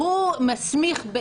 שהוא מסמיך,